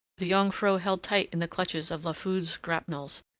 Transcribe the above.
the jongvrow held tight in the clutches of la foudre's grapnels,